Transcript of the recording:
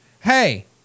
hey